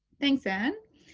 thanks, ann.